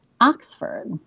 Oxford